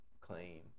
claim